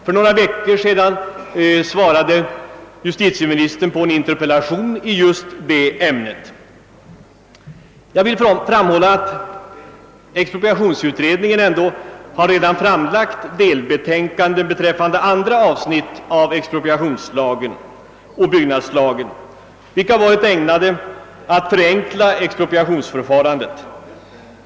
För några veckor sedan svarade justitieministern på en interpellation i just det ämnet. Jag vill därför framhålla att expropriationsutredningen redan har framlagt delbetänkanden beträffande andra avsnitt av expropriationslagen och byggnadslagen, vilka har varit ägnade att förenkla expropriationsförfarandet.